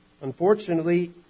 Unfortunately